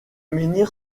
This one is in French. menhir